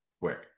quick